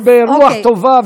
בשג'אעיה.